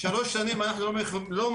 שלוש שנים אנחנו לא מצליחים.